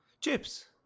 Chips